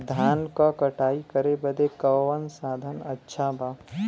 धान क कटाई करे बदे कवन साधन अच्छा बा?